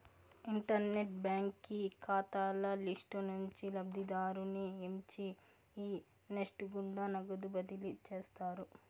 internet బాంకీ కాతాల list నుంచి లబ్ధిదారుని ఎంచి ఈ నెస్ట్ గుండా నగదు బదిలీ చేస్తారు